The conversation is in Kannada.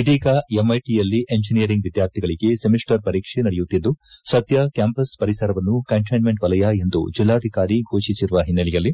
ಇದೀಗ ಎಂಐಟಿಯಲ್ಲಿ ಇಂಜೆನಿಯರಿಂಗ್ ವಿದ್ಕಾರ್ಥಿಗಳಿಗೆ ಸೆಮಿಸ್ಟರ್ ಪರೀಕ್ಷೆ ನಡೆಯುತ್ತಿದ್ದು ಸದ್ಕ ಎಂಐಟಿ ಕ್ಕಾಂಪಸ್ ಪರಿಸರವನ್ನು ಕಂಟೈನ್ಮೆಂಟ್ ವಲಯ ಎಂದು ಜಿಲ್ಲಾಧಿಕಾರಿ ಘೋಷಿಸಿರುವ ಹಿನ್ನೆಲೆಯಲ್ಲಿ